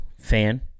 fan